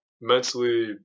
mentally